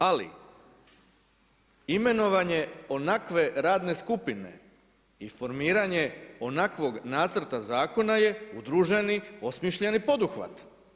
Ali imenovanje onakve radne skupine, informiranje onakvog nacrta je udruženi osmišljeni poduhvat.